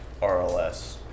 RLS